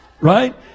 Right